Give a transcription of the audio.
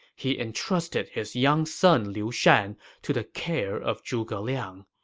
he entrusted his young son liu shan to the care of zhuge liang.